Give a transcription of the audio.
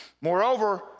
Moreover